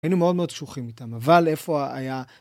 היינו מאוד מאוד קשוחים איתם, אבל איפה היה...